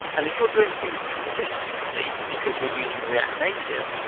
and and if you're doing things consistently because you're using react native,